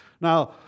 Now